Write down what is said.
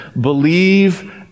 Believe